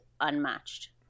unmatched